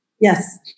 Yes